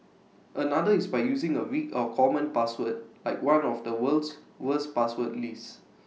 another is by using A weak or common password like one on the world's worst password list